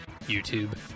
YouTube